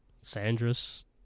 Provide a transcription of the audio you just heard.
Sandra's